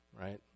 right